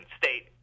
state